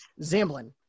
Zamblin